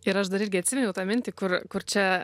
ir aš dar irgi atsiminiau tą mintį kur kur čia